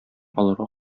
аларга